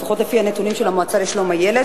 לפחות לפי הנתונים של המועצה לשלום הילד,